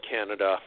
Canada